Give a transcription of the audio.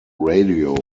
radio